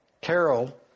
Carol